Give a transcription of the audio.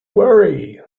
worry